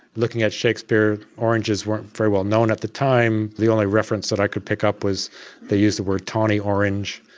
looking at shakespeare, oranges weren't very well known at the time. the only reference that i could pick up was he used the word tawny-orange,